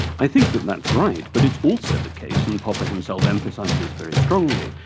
i think that that's right, but it's also the case, and popper himself emphasised this very strongly,